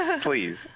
Please